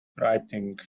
writing